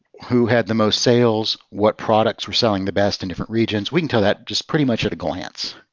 who had the most sales, what products were selling the best in different regions. we can tell that just pretty much at a glance.